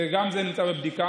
גם זה נמצא בבדיקה.